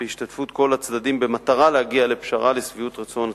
בהשתתפות כל הצדדים במטרה להגיע לפשרה לשביעות רצון הצדדים.